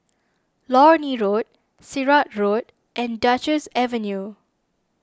Lornie Road Sirat Road and Duchess Avenue